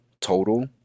total